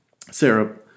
Sarah